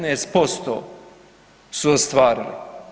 15% su ostvarili.